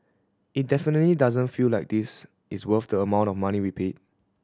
it definitely doesn't feel like this is worth the amount of money we paid